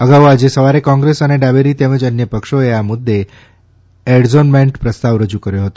અગાઉ આજે સવારે કોંગ્રેસ અને ડાબેરી તેમજ અન્ય પક્ષોએ આ મુદ્દે એડઝોર્નમેન્ટ પ્રસ્તાવ રજૂ કર્યો હતો